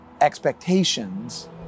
expectations